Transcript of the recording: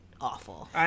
awful